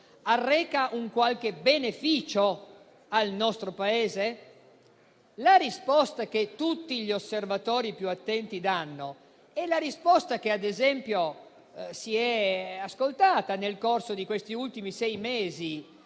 arrecano qualche beneficio al nostro Paese. La risposta che tutti gli osservatori più attenti danno è quella che, ad esempio, si è ascoltata nel corso di questi ultimi sei mesi,